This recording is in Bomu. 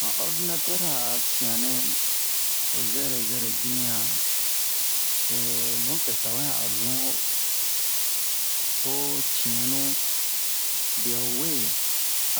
Han ordinatɛr ra sianɛ ho zɛrɛ zɛrɛ dimiyan nupɛ tawɛ a zun ho ho ci'in nu bwɛ ho we